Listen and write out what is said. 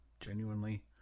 genuinely